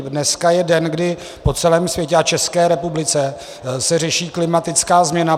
Dneska je den, kdy po celém světě a České republice se řeší klimatická změna.